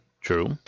True